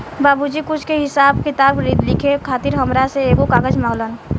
बाबुजी कुछ के हिसाब किताब लिखे खातिर हामरा से एगो कागज मंगलन